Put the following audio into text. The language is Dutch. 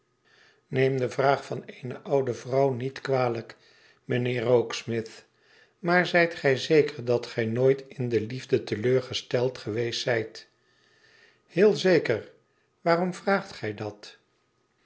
neein de vraag vaneene oude vrouw niet kwalijk mijnheer rokesmith maar zijt gij zeker dat gij nooit in de liefde te leur gesteld geweest zijt heel zeker waarom vraagt gij dat